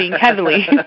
heavily